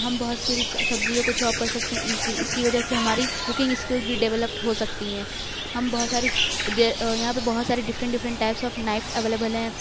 ہم بہت ساری سبزیوں کو چوپ کر سکتے ہیں ایزیلی اِس کی وجہ سے ہماری کوکنگ اسکلز بھی ڈیولپٹ ہو سکتی ہیں ہم بہت ساری یہاں پہ بہت ساری different different type of knife available ہیں